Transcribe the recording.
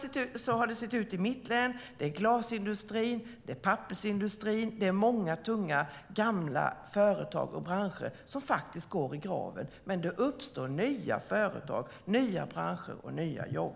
Så har det sett ut i mitt län där glasindustrin, pappersindustrin, många gamla och tunga företag och branscher nu faktiskt går i graven. Men det uppstår nya företag, nya branscher och nya jobb.